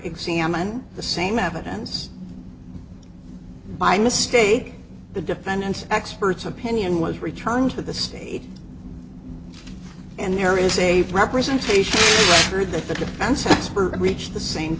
examined the same evidence by mistake the defendant's expert's opinion was returned to the state and there is a representation true that the defense expert reached the